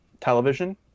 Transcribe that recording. television